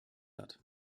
hat